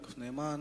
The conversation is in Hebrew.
יעקב נאמן,